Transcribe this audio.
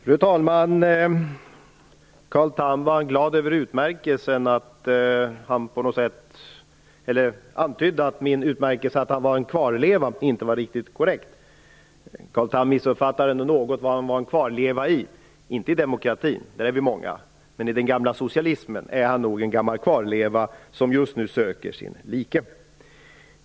Fru talman! Carl Tham antydde att min utmärkelse att han var en kvarleva inte var riktigt korrekt. Carl Tham missuppfattade något vad han var en kvarleva i. Inte i demokratin, där är vi många, men i den gamla socialismen är han nog en gammal kvarleva som just nu söker sin like.